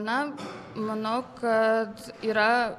na manau kad yra